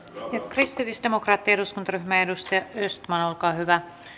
kristillisdemokraattinen eduskuntaryhmä edustaja östman olkaa hyvä